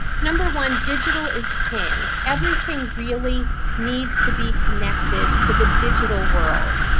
number one, digital is king. everything really needs to be connected to the digital world.